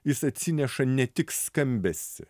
jis atsineša ne tik skambesį